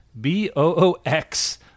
b-o-o-x